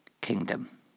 Kingdom